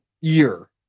year